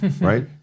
right